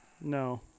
No